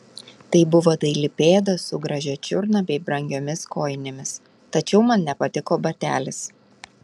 tai buvo daili pėda su gražia čiurna bei brangiomis kojinėmis tačiau man nepatiko batelis